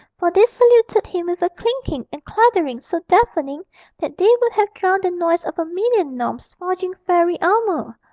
for they saluted him with a clinking and clattering so deafening that they would have drowned the noise of a million gnomes forging fairy armour,